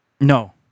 No